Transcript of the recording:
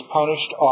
punished